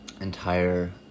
entire